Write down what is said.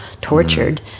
tortured